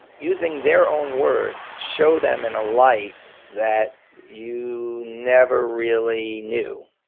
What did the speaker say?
using their own words, show them in a light that you never really knew.